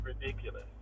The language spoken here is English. ridiculous